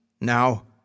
Now